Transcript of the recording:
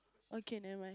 okay never